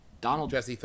Donald